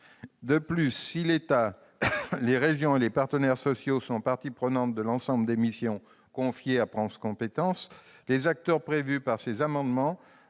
De plus, si l'État, les régions et les partenaires sociaux sont parties prenantes de l'ensemble des missions confiées à France compétences, les acteurs visés à ces amendements